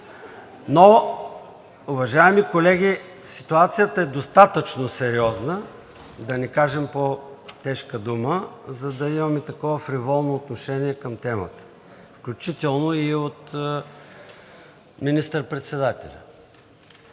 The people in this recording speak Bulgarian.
Уважаеми колеги, ситуацията е достатъчно сериозна, да не кажа по-тежка дума, за да имаме такова фриволно отношение към темата, включително и от министър-председателя.